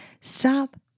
Stop